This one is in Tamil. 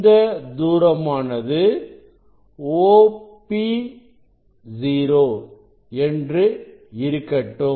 இந்த தூரமானது OP0 என்று இருக்கட்டும்